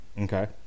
Okay